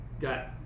got